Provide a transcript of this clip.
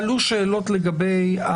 אז אני רוצה לפחות לבטא את עצמי.